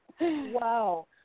Wow